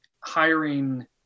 hiring